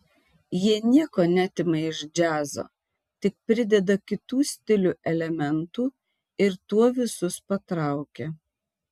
jie nieko neatima iš džiazo tik prideda kitų stilių elementų ir tuo visus patraukia